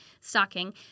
stocking